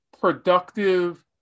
productive